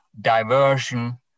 diversion